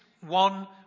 one